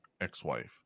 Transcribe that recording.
ex-wife